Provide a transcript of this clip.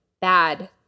bad